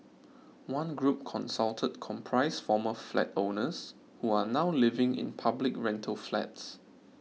one group consulted comprised former flat owners who are now living in public rental flats